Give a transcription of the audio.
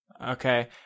Okay